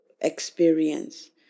experience